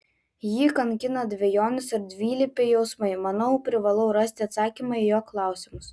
jį kankina dvejonės ir dvilypiai jausmai manau privalau rasti atsakymą į jo klausimus